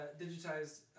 digitized